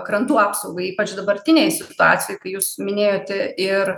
krantų apsaugai ypač dabartinėj situacijoj kai jūs minėjote ir